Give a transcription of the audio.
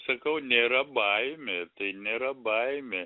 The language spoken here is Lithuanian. sakau nėra baimė tai nėra baimė